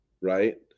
Right